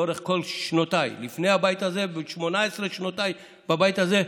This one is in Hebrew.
לאורך כל שנותיי לפני הבית הזה וב-18 שנותיי בבית הזה,